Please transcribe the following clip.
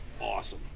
awesome